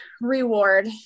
reward